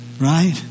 Right